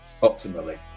optimally